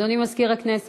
מזכיר המדינה